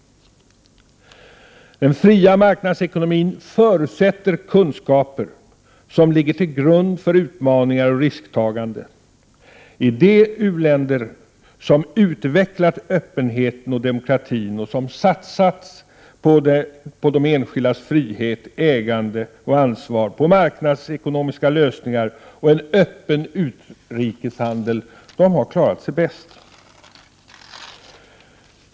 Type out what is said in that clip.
Den fria marknadsekonomin förutsätter kunskaper som ligger till grund för utmaningar och risktagande. De u-länder som har utvecklat öppenheten och demokratin, som satsat på de enskildas frihet, ägande och ansvar, på marknadsekonomiska lösningar och en öppen utrikeshandel har klarat sig bäst.